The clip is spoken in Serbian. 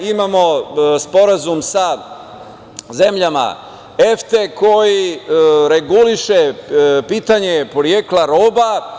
Imamo sporazum sa zemljama EFTE koji reguliše pitanje porekla roba.